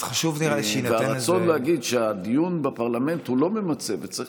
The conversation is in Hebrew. הרצון להגיד שהדיון בפרלמנט הוא לא ממצה וצריך